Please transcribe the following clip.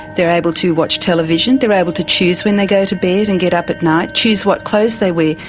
they are able to watch television, they are able to choose when they go to bed and get up at night, choose what clothes they wear.